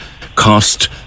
cost